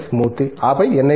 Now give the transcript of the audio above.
మూర్తి ఆపై ఎన్ఐటి